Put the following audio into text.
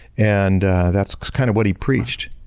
and that kind of what he preached.